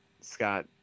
Scott